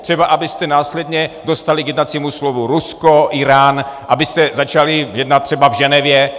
Třeba abyste následně dostali k jednacímu stolu Rusko, Írán, abyste začali jednat třeba v Ženevě.